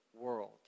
world